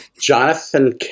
Jonathan